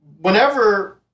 whenever